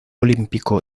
olímpico